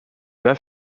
bas